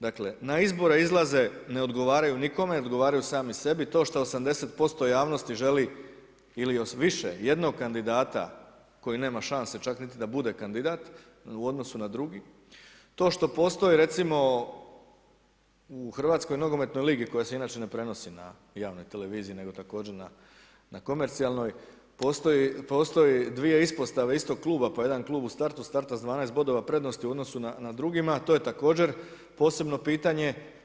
Dakle na izbore izlaze ne odgovaraju nikome, odgovaraju sami sebi, to što 80% javnosti želi ili više jednog kandidata koji nema šanse čak niti da bude kandidat u odnosu na drugi, to što postoje recimo u Hrvatskoj nogometnoj ligi koja se inače ne prenosi na javnoj televiziji nego također na komercijalnoj, postoje dvije ispostave istog kluba pa jedan klub u startu starta sa 12 bodova prednosti u odnosu na drugi, a to je također posebno pitanje.